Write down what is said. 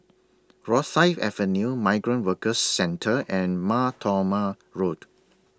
Rosyth Avenue Migrant Workers Centre and Mar Thoma Road